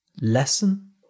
lesson